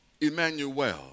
Emmanuel